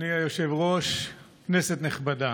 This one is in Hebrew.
אדוני היושב-ראש, כנסת נכבדה,